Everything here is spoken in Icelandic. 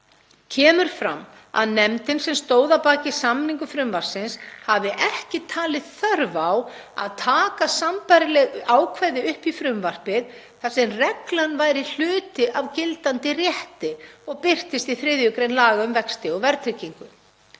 kemur fram að nefndin sem stóð að baki samningu frumvarpsins hafi ekki talið þörf á að taka sambærileg ákvæði upp í frumvarpið þar sem reglan væri hluti af gildandi rétti og birtist í 3. gr. laga um vexti og verðtryggingu.